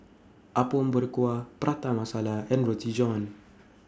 Apom Berkuah Prata Masala and Roti John